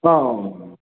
औ